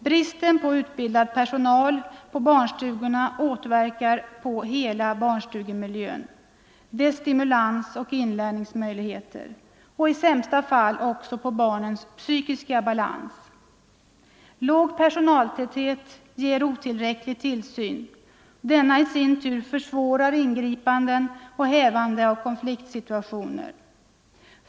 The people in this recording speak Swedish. Bristen på utbildad personal på barnstu gorna återverkar på hela barnstugemiljön, dess stimulans och inlärnings Nr 129 möjligheter, i sämsta fall också på barnens psykiska balans. Låg per Onsdagen den sonaltäthet ger otillräcklig tillsyn, denna i sin tur försvårar ingripanden 27 november 1974 och hävande av konfliktsituationer.